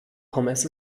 pommes